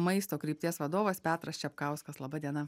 maisto krypties vadovas petras čepkauskas laba diena